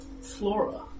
Flora